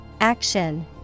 Action